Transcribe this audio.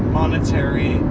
monetary